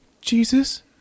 Jesus